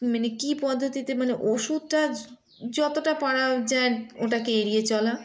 মানে কী পদ্ধতিতে মানে ওষুধটা যতটা পারা যায় ওটাকে এড়িয়ে চলা